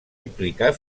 implicar